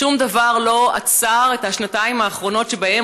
שום דבר לא עצר את השנתיים האחרונות שבהן